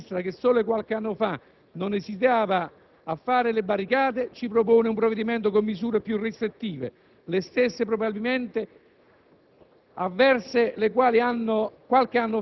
Oggi, dovendo correre ai ripari, la stessa sinistra che solo qualche anno fa non esitava a fare le barricate ci propone un provvedimento con misure più restrittive, le stesse probabilmente